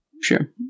Sure